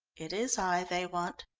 it is i they want.